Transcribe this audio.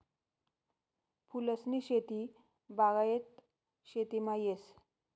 फूलसनी शेती बागायत शेतीमा येस